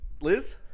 Liz